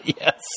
Yes